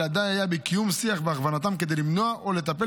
אלא די היה בקיום שיח והכוונתם כדי למנוע או לטפל